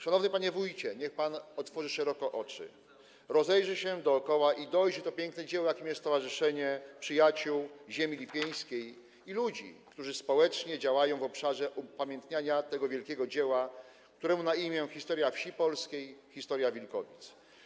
Szanowny panie wójcie, niech pan otworzy szeroko oczy, rozejrzy się dookoła i dojrzy to piękne dzieło, jakim jest Stowarzyszenie Przyjaciół Ziemi Lipieńskiej, i ludzi, którzy społecznie działają w obszarze upamiętniania tego wielkiego dzieła, któremu na imię historia wsi polskiej, historia Wilkowic.